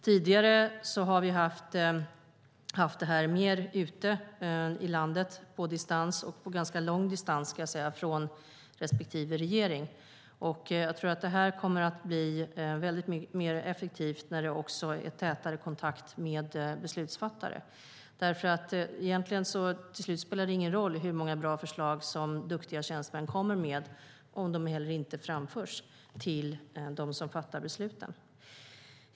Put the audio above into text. Tidigare har vi haft det här mer ute i landet, på distans och på ganska lång distans, ska jag säga, från respektive regering. Jag tror att det kommer att bli mer effektivt när det är tätare kontakt med beslutsfattare. Det spelar ingen roll hur många bra förslag som duktiga tjänstemän kommer med om de inte framförs till dem som fattar besluten.